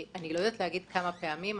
אני לא יודעת להגיד כמה פעמים,